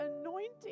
anointing